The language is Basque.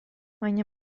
baina